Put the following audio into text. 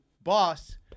boss